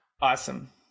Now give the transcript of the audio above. Awesome